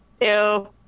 Ew